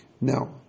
Now